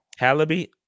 Hallaby